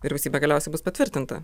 vyriausybė galiausiai bus patvirtinta